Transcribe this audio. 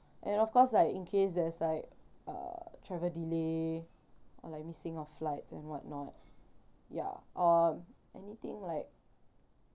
and of course like in case there's like uh travel delay or like missing of flights and what not ya uh anything like